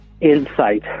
insight